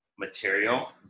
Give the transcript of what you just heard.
material